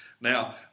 Now